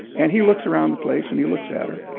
and he looks around the place, and he looks at her.